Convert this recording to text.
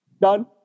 Done